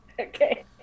okay